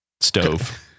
stove